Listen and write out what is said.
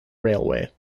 railway